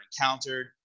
encountered